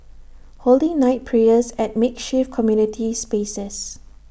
holding night prayers at makeshift community spaces